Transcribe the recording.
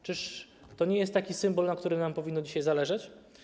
Czy to nie jest taki symbol, na którym powinno nam dzisiaj zależeć?